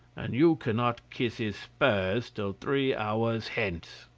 and you cannot kiss his spurs till three hours hence.